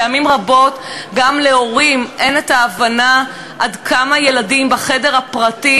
פעמים רבות גם להורים אין ההבנה עד כמה ילדים בחדר הפרטי,